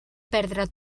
perdre